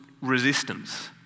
resistance